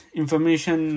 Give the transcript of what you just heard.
information